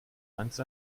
einst